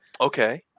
Okay